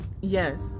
Yes